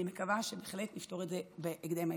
אני מקווה שבהחלט נפתור את זה בהקדם האפשרי.